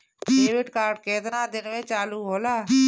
Debit card केतना दिन में चालु होला?